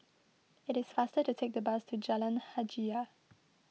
it is faster to take the bus to Jalan Hajijah